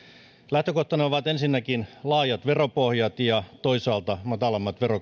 lähtökohtana ovat ensinnäkin laajat veropohjat ja toisaalta matalammat verokannat